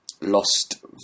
lost